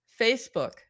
Facebook